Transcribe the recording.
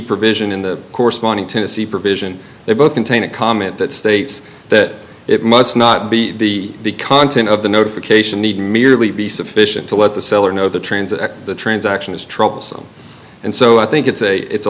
provision in the corresponding tennessee provision they both contain a comment that states that it must not be the content of the notification need merely be sufficient to let the seller know the transit of the transaction is troublesome and so i think it's a it's a